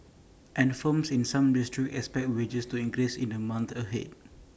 and firms in some districts expect wages to increase in the months ahead